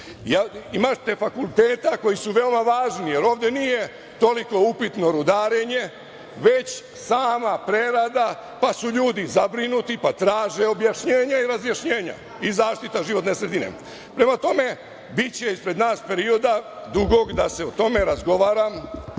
Imate fakulteta koji su veoma važni, jer ovde nije toliko upitno rudarenje, već sama prerada pa su ljudi zabrinuti pa traže objašnjenje i razjašnjenja i zaštitu životne sredine. Prema tome, biće ispred nas perioda dugog da se o tome razgovara,